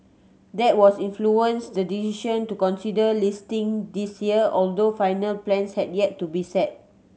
that was influenced the decision to consider listing this year although final plans had yet to be set